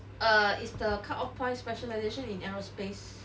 err the cut off points specialization in aerospace